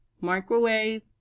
microwave